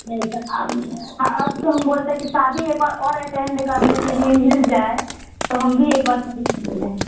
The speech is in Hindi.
नहीं तो अब हाँ अब तो हम बोलते हैं कि शादी एक बार और एटेंड करने के लिए मिल जाए तो हम भी एक बार साड़ी पहन के जाएँ